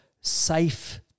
safe